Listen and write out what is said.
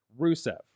Rusev